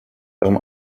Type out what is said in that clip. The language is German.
darum